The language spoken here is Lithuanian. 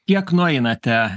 kiek nueinate